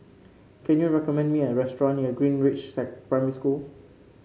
can you recommend me a restaurant near Greenridge Primary School